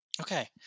Okay